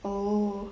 oh